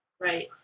Right